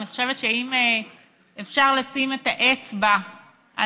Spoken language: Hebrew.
אני חושבת שאם אפשר לשים את האצבע על